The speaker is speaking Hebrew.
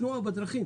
התנועה בדרכים,